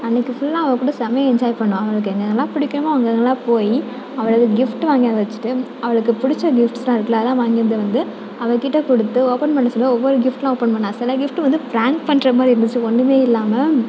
அன்னிக்கு ஃபுல்லாக அவள் கூட செமையாக என்ஜாய் பண்ணிணோம் அவளுக்கு எங்கெங்கலாம் பிடிக்குமோ அங்கெங்கலாம் போய் அவளது கிஃப்ட்டு வாங்கிவந்து வெச்சுட்டு அவளுக்கு பிடிச்ச கிஃப்ட்ஸ்யெலாம் இருக்கில அதெலாம் வாங்கி வந்து வந்து அவள்க்கிட்ட கொடுத்து ஓபன் பண்ண சொல்லி ஒவ்வொரு கிஃப்ட்லாம் ஓபன் பண்ணால் சில கிஃப்ட்டு வந்து பிராங்க் பண்ணுற மாதிரி இருந்துச்சு ஒன்றுமே இல்லாமல்